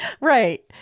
right